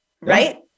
Right